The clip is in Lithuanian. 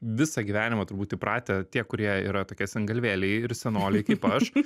visą gyvenimą turbūt įpratę tie kurie yra tokie sengalvėliai ir senoliai kaip aš